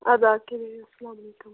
اَدٕ اَدٕ کیٛاہ بِہِو سلام علیکُم